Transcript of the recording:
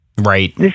Right